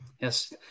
Yes